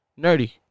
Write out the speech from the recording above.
nerdy